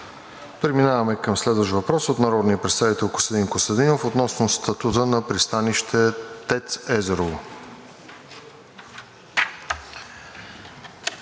Преминаваме към следващ въпрос от народния представител Костадин Костадинов относно статута на Пристанище ТЕЦ Езерово.